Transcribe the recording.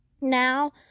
Now